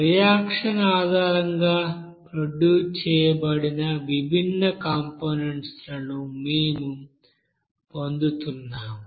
reaction ఆధారంగా produce చేయబడిన విభిన్న కంపోనెంట్స్ లను మేము పొందుతున్నాము